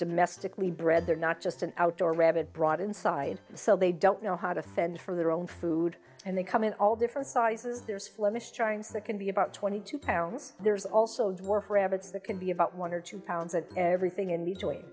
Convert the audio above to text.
domestically bred they're not just an outdoor rabbit brought inside so they don't know how to fend for their own food and they come in all different sizes there's flemish trying so that can be about twenty two pounds there's also dwarf rabbits that can be about one or two pounds and everything in between